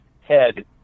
head